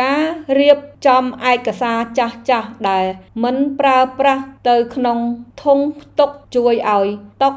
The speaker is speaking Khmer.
ការរៀបចំឯកសារចាស់ៗដែលមិនប្រើប្រាស់ទៅក្នុងធុងផ្ទុកជួយឱ្យតុ